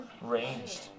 ranged